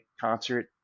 concert